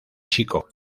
chico